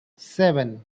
seven